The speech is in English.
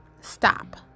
stop